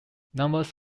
numbers